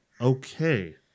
Okay